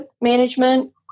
management